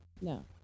No